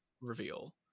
reveal